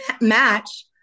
match